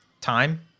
Time